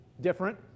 different